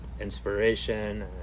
inspiration